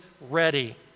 ready